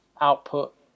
output